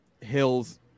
hills